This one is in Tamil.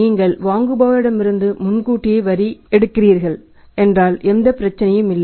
நீங்கள் வாங்குபவரிடமிருந்து முன்கூட்டியே வரி எடுக்கிறீர்கள் என்றால் எந்த பிரச்சனையும் இல்லை